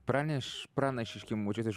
praneš pranašiški močiutės